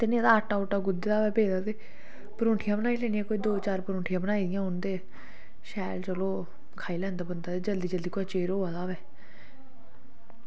ते नेईं ता आटा गु'द्दै दा पेदा होऐ ते कोई परौंठियां बनाई लैनियां कोई दौ त्रैऽ बनाई दियां होन ते शैल चलो खाई लैंदा बंदा कोई चिर होआ दा होवै